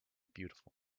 beautiful